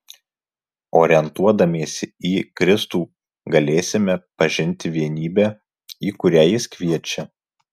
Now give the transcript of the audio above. orientuodamiesi į kristų galėsime pažinti vienybę į kurią jis kviečia